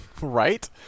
Right